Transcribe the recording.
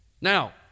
Now